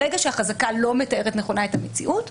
ברגע שהחזקה לא מתארת נכונה את המציאות,